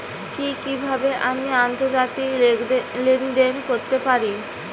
কি কিভাবে আমি আন্তর্জাতিক লেনদেন করতে পারি?